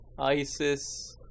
ISIS